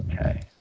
Okay